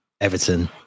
everton